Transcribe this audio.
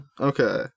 okay